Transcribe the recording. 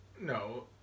No